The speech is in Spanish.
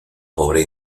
pobre